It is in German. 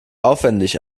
aufwendig